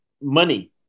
money